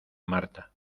marta